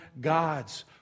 gods